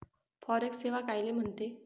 Forex सेवा कायले म्हनते?